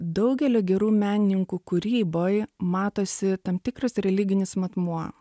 daugelio gerų menininkų kūryboj matosi tam tikras religinis matmuo